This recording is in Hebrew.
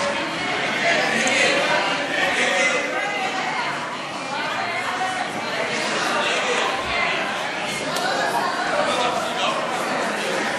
ההצעה להעביר את הצעת חוק-יסוד: